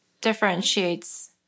differentiates